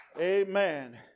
Amen